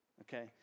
Okay